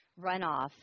runoff